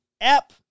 app